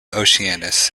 oceanus